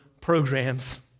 programs